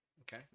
Okay